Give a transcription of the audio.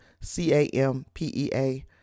C-A-M-P-E-A